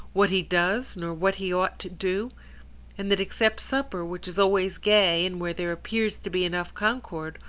what he does nor what he ought to do and that except supper, which is always gay, and where there appears to be enough concord,